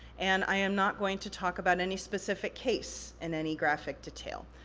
and i am not going to talk about any specific case in any graphic detail.